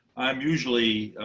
i'm usually